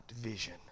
vision